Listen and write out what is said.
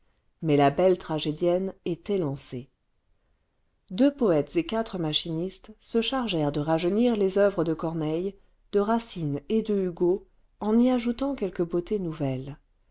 mais la belle tragédienne était lancée deux poètes et quatre machinistes se chargèrent de rajeunir les oeuvres oeuvres corneille de racine et de hugo en y ajoutant quelques beautés nouvelles